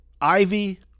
Ivy